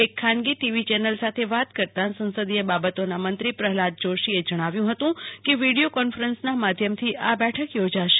એક ખાનગી T V channel સાથે વાત કરતાં સંસદીય બાબતોના મંત્રી પ્રહલાદ જોશીએ જણાવ્યુ હતું કે વિડીયો કોન્સફરન્સના માધ્યમથી આ બેઠક યોજાશે